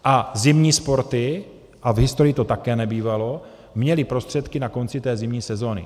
A zimní sporty, a v historii to také nebývalo, měly prostředky na konci té zimní sezóny.